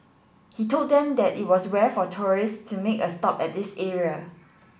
he told them that it was rare for tourists to make a stop at this area